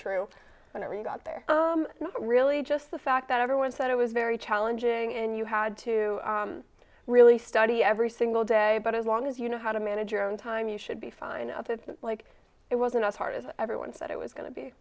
true whenever you got there not really just the fact that everyone said it was very challenging and you had to really study every single day but as long as you know how to manage your own time you should be fine of it like it wasn't as hard as everyone said it was go